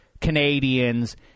Canadians